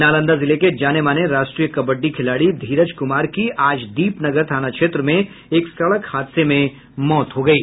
नालंदा जिले के जाने माने राष्ट्रीय कबड्डी खिलाड़ी धीरज कुमार की आज दीप नगर थाना क्षेत्र में एक सड़क हादसे में मौत हो गयी